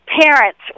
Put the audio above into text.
parents